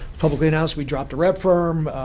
publicly announced we dropped a rep firm.